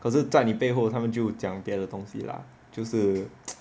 可是在你背后他们就讲别人东西啦就是